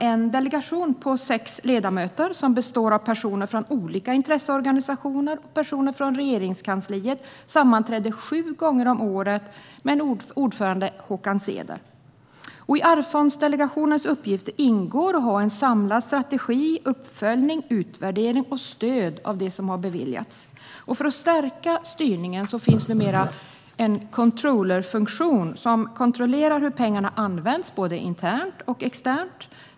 En delegation med sex ledamöter - det är personer från olika intresseorganisationer och personer från Regeringskansliet - sammanträder sju gånger om året med ordförande Håkan Ceder. I Arvsfondsdelegationens uppgifter ingår att ha en samlad strategi för uppföljning och utvärdering av stöd som har beviljats. För att stärka styrningen finns numera en controllerfunktion som kontrollerar hur pengarna används både internt och externt.